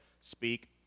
speak